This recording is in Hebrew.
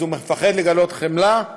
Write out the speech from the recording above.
אז הוא מפחד לגלות חמלה?